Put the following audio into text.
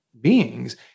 beings